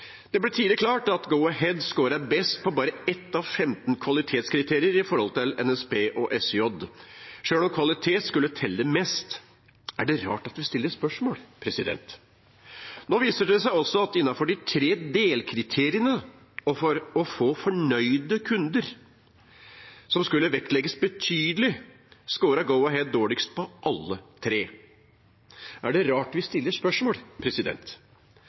Det ble tidlig klart at Go-Ahead skåret best på bare ett av femten kvalitetskriterier i konkurranse med NSB og SJ, selv om kvalitet skulle telle mest. Er det rart at vi stiller spørsmål? Nå viser det seg også at innenfor de tre delkriteriene for å få fornøyde kunder, som skulle vektlegges betydelig, skåret Go-Ahead dårligst på alle tre. Er det rart vi stiller spørsmål?